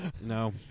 No